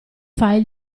file